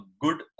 good